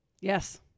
Yes